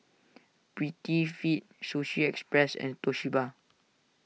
Prettyfit Sushi Express and Toshiba